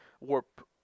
warp